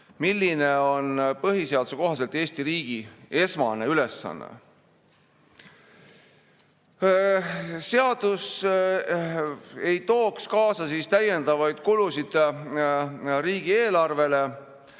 mis on põhiseaduse kohaselt Eesti riigi esmane ülesanne. Seadus ei tooks kaasa täiendavaid kulusid riigieelarvele,